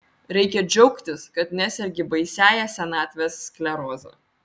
reikia džiaugtis kad nesergi baisiąja senatvės skleroze